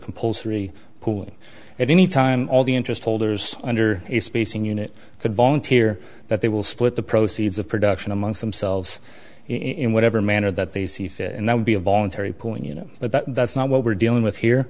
compulsory pool at any time all the interest holders under a spacing unit could volunteer that they will split the proceeds of production amongst themselves in whatever manner that they see fit and that would be a voluntary pooling you know but that's not what we're dealing with here